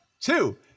Two